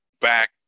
back